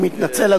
אני מתנצל,